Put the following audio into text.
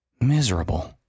Miserable